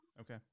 Okay